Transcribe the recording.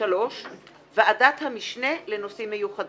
(3)ועדת המשנה לנושאים מיוחדים.